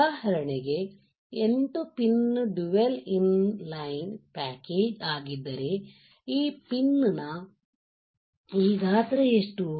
ಉದಾಹರಣೆಗೆ 8 pin dual in line package ಆಗಿದ್ದರೆ ಈ ಪಿನ್ ನ ಈ ಗಾತ್ರ ಎಷ್ಟು